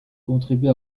contribué